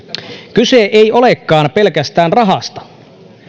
kyse ei olekaan pelkästään rahasta